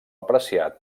apreciat